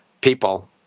people